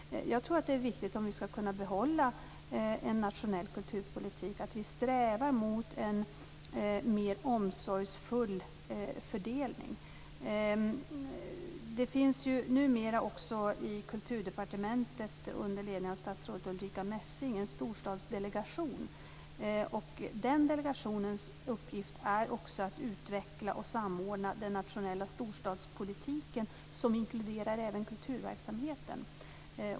Om vi skall kunna behålla en nationell kulturpolitik, tror jag att det är viktigt att sträva mot en mer omsorgsfull fördelning. Det finns ju numera i Kulturdepartementet, under ledning av statsrådet Ulrica Messing, en storstadsdelegation. Delegationens uppgift är att utveckla och samordna den nationella storstadspolitiken, som inkluderar även kulturverksamheten.